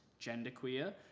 genderqueer